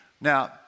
now